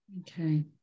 okay